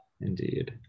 Indeed